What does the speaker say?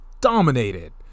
dominated